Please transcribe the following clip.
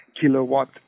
kilowatt